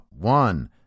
one